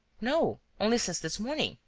no, only since this morning.